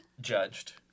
Judged